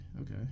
Okay